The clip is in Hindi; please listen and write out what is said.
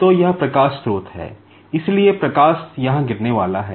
तो यह प्रकाश स्रोत है इसलिए प्रकाश यहाँ गिरने वाला है